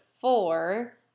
four